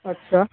अछा